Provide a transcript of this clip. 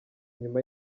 nyuma